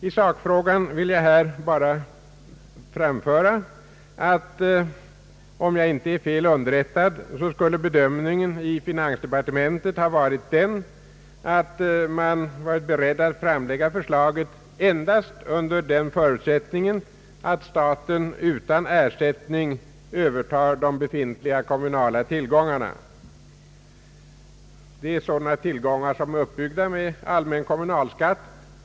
I sakfrågan vill jag här bara framföra att om jag inte är fel underrättad, skulle bedömningen i finansdepartementet ha varit den att man varit beredd att framlägga förslaget endast under den förutsättningen att staten utan ersättning övertar de befintliga kommunala tillgångarna. Det är sådana tillgångar som är uppbyggda med allmän kommunalskatt.